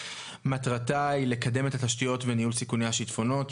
שמטרתה היא לקדם את התשתיות וניהול סיכוני השיטפונות,